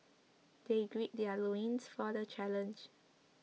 they gird their loins for the challenge